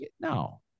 no